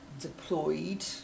deployed